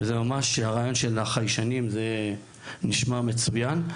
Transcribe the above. הרעיון של החיישנים נשמע מצוין.